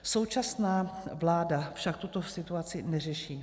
Současná vláda však tuto situaci neřeší.